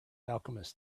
alchemists